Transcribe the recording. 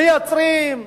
מייצרים,